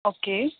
okay